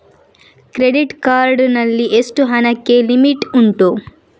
Credit card ನಲ್ಲಿ ಎಷ್ಟು ಹಣಕ್ಕೆ ಲಿಮಿಟ್ ಉಂಟು?